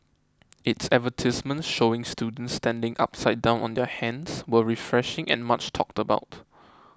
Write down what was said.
its advertisements showing students standing upside down on their hands were refreshing and much talked about